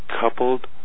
coupled